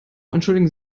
entschuldigen